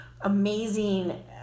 amazing